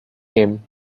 him